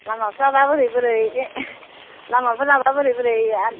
लामाफ्राबा बोरै बोरै लामाफोराबा बोरै बोरै